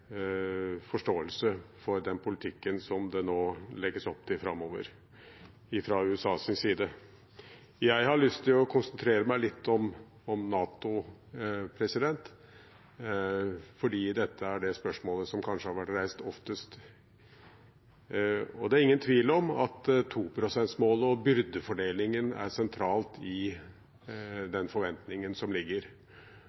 forståelse av den politikken som det legges opp til framover fra USAs side. Jeg har lyst til å konsentrere meg litt om NATO fordi dette er det spørsmålet som kanskje har vært reist oftest. Det er ingen tvil om at 2 pst.-målet og byrdefordelingen er sentral i